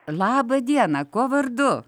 laba diena kuo vardu